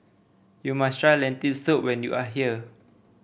you must try Lentil Soup when you are here